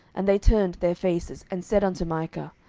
and they turned their faces, and said unto micah,